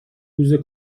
روز